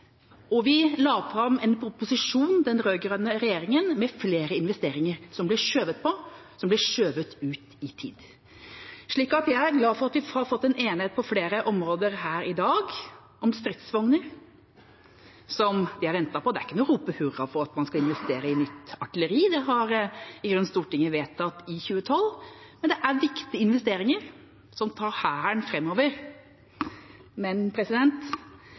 og la fram en proposisjon med flere investeringer – som ble skjøvet på, som ble skjøvet ut i tid. Jeg er glad for at vi har fått en enighet på flere områder her i dag – om stridsvogner, som vi har ventet på. Det er ikke noe å rope hurra for at man skal investere i nytt artilleri – det vedtok Stortinget i grunnen i 2012 – men det er viktige investeringer, som tar Hæren framover. Men